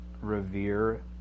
Revere